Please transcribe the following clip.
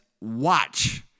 watch